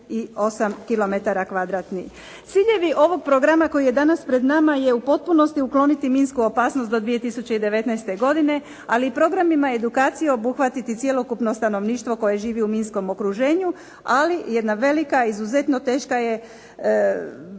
198 km2. Ciljevi ovog programa koji je danas pred nama je u potpunosti otkloniti minsku opasnost do 2019. godine ali i programima edukacije obuhvatiti i cjelokupno stanovništvo koje živi u minskom okruženju. Ali jedna velika, izuzetno teška je